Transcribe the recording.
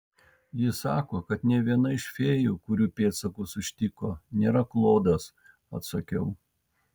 ji sako kad nė viena iš fėjų kurių pėdsakus užtiko nėra klodas atsakiau